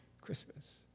Christmas